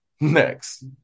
next